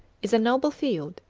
is a noble field,